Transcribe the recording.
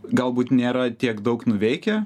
galbūt nėra tiek daug nuveikę